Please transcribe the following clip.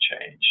change